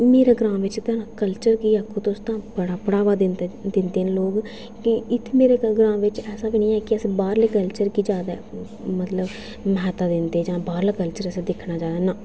ओह् मेरे ग्रां' च तुस कल्चर गी आक्खो तां बड़ा बढ़ावा दिंदे न लोक कि इत्थें ग्रांऽ बिच ऐसा बी नी ऐ कि अस बाह्रले कल्चर गी म्हानता दिंदे जां बाह्रला कल्चर दिक्खना असें ना